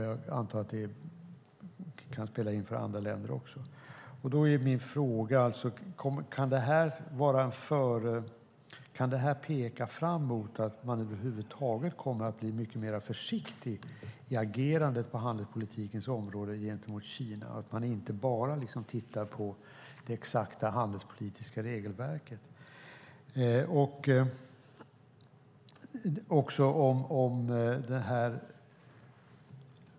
Jag antar att det kan spela roll också för andra länder. Kan det peka fram mot att man kommer att bli mycket mer försiktig i agerandet gentemot Kina på handelspolitikens område och att man inte enbart tittar på det exakta handelspolitiska regelverket?